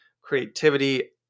creativity